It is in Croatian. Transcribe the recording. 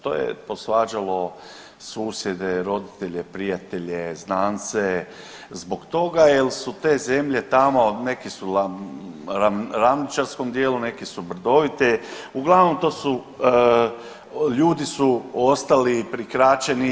To je posvađalo susjede, roditelje, prijatelje, znance zbog toga jel su te zemlje tamo neki su u ravničarskom dijelu, neke su brdovite uglavnom to su ljudi su ostali prikraćeni.